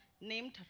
named